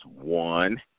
one